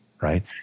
right